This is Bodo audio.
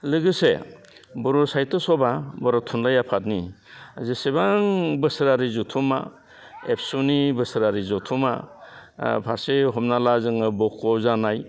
लोगोसे बर' साहित्य सभा बर' थुनलाइ आफादनि जेसेबां बोसोरारि जथुमा एबसुनि बोसोरारि जथुमा फारसे हमना ला जोङो बक'आव जानाय